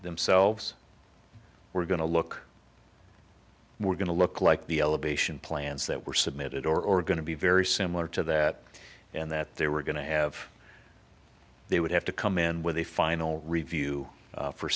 themselves were going to look we're going to look like the elevation plans that were submitted or going to be very similar to that and that they were going to have they would have to come in with a final review